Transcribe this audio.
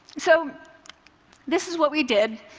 so this is what we did.